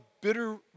bitter